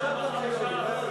עכשיו ב-5%.